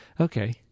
okay